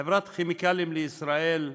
חברת "כימיקלים לישראל"